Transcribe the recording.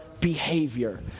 behavior